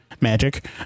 Magic